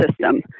system